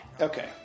Okay